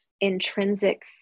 intrinsic